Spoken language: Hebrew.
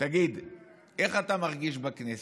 איך אתה מרגיש בכנסת?